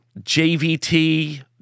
JVT